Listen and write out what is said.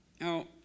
Now